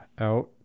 out